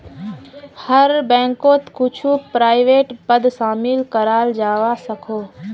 हर बैंकोत कुछु प्राइवेट पद शामिल कराल जवा सकोह